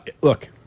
look